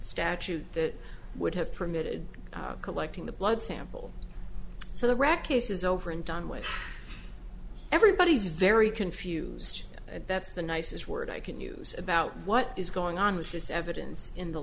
statute that would have permitted collecting the blood sample so the rec use is over and done with everybody is very confused and that's the nicest word i can use about what is going on with this evidence in the